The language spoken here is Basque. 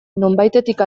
nonbaitetik